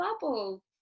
bubble